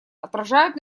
отражают